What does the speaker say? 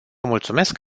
mulțumesc